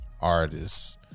artists